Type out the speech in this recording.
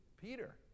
Peter